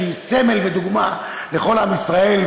שהיא סמל ודוגמה לכל עם ישראל,